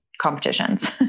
competitions